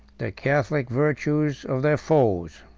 the catholic virtues of their foes.